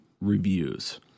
reviews